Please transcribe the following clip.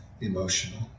emotional